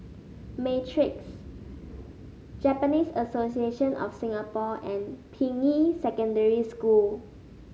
Matrix Japanese Association of Singapore and Ping Yi Secondary School